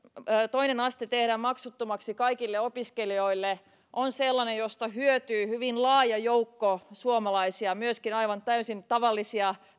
toinen aste tehdään maksuttomaksi kaikille opiskelijoille on sellainen josta hyötyy hyvin laaja joukko suomalaisia siinä on myöskin aivan täysin tavallisia